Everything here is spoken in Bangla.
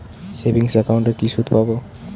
সেভিংস একাউন্টে কি সুদ পাব?